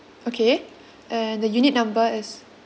okay and the unit number is